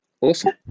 Awesome